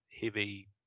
heavy